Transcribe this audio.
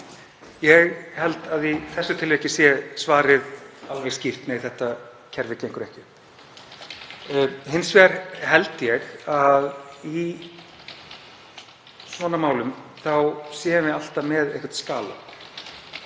Ég held að í þessu tilviki sé svarið alveg skýrt: Nei, þetta kerfi gengur ekki upp. Hins vegar held ég að í svona málum séum við alltaf með einhvern skala.